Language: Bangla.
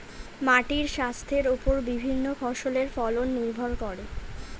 মাটির স্বাস্থ্যের ওপর বিভিন্ন ফসলের ফলন নির্ভর করে